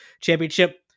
championship